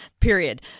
Period